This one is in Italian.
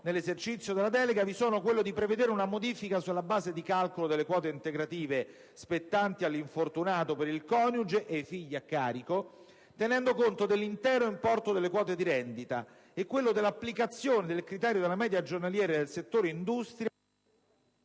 nell'esercizio della delega vi sono quello di prevedere una modifica sulla base di calcolo delle quote integrative spettanti all'infortunato per il coniuge e i figli a carico, tenendo conto dell'intero importo delle quote di rendita, e quello dell'applicazione del criterio della media giornaliera nel settore industria